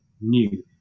new